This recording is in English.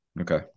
Okay